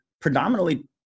predominantly